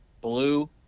blue